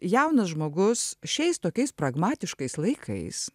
jaunas žmogus šiais tokiais pragmatiškais laikais